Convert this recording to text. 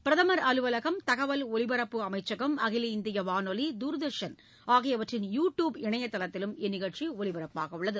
பிரதமா் அலுவலகம் தகவல் ஓலிப்பரப்பு அமைச்சகம் அகில இந்திய வானொலி தூர்தர்ஷன் ஆகியவற்றின் யூ டியூப் இணையதளத்திலும் இந்நிகழ்ச்சி ஒளிபரப்பாக உள்ளது